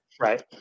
Right